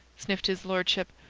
sniffed his lordship.